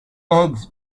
eggs